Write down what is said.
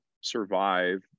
survive